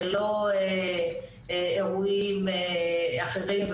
ולא אירועים אחרים,